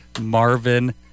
Marvin